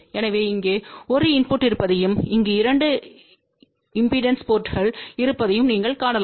எனவே இங்கே 1 இன்புட் இருப்பதையும் இங்கு 2 இம்பெடன்ஸ் போர்ட்ங்கள் இருப்பதையும் நீங்கள் காணலாம்